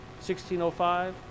1605